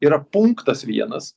yra punktas vienas